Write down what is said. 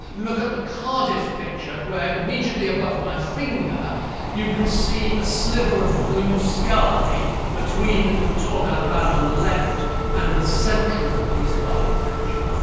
look at the cardiff picture where immediately above my finger you can see a sliver of blue sky between the tour d'albane on the left and the central piece of architecture.